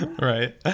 Right